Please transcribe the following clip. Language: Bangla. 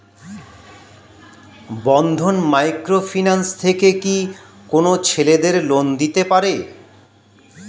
বন্ধন মাইক্রো ফিন্যান্স থেকে কি কোন ছেলেদের লোন দিতে পারে?